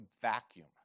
vacuum